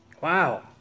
Wow